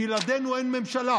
בלעדינו אין ממשלה,